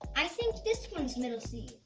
i think this one's middle c.